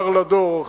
מר לדור,